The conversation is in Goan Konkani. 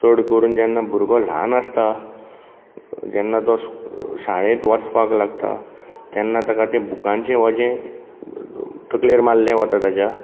चड करून जेन्ना भुरगो ल्हान आसता तेन्ना तो शाळेंत वचपाक लागता तेन्ना ताका तें बुकांचें वजें तकलेर मारलें वता ताज्या